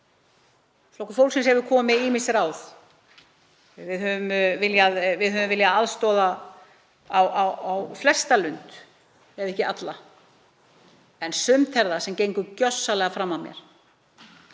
Flokkur fólksins hefur komið með ýmis ráð. Við höfum viljað aðstoða á flesta lund, ef ekki alla, en sumt er það sem gengur gjörsamlega fram af mér,